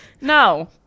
no